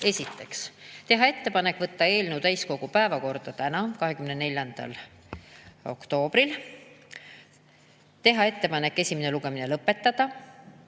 esiteks, teha ettepanek võtta eelnõu täiskogu päevakorda täna, 24. oktoobril; [teiseks,] teha ettepanek esimene lugemine lõpetada;